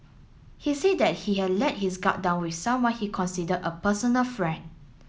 he said that he had let his guard down with someone he considered a personal friend